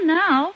now